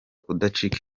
kudacika